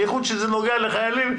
בייחוד שזה נוגע לחיילים,